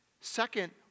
Second